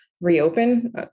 reopen